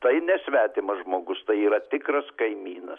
tai ne svetimas žmogus tai yra tikras kaimynas